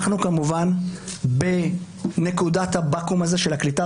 אנחנו כמובן בנקודת הבקו"ם הזאת של הקליטה,